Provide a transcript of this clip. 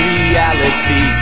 reality